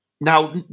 Now